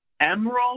emerald